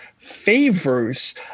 favors